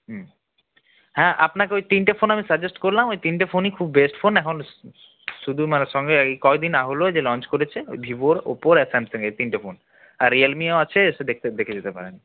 হুম হ্যাঁ আপনাকে ওই তিনটে ফোন আমি সাজেস্ট করলাম ওই তিনটে ফোনই খুব বেস্ট ফোন এখন শুধু এর মানে সঙ্গে এই কয়েকদিন হল যে লঞ্চ করেছে ঐ ভিভোর ওপোর আর স্যামসাংয়ের এই তিনটে ফোন আর রিয়েলমিও আছে এসে দেখতে দেখে যেতে পারেন